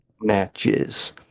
matches